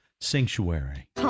Sanctuary